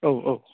औ औ